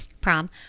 prom